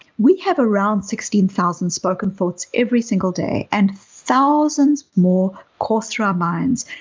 we have around sixteen thousand spoken thoughts every single day and thousands more course through our minds.